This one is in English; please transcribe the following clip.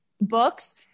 books